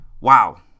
wow